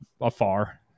afar